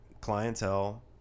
clientele